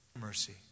Mercy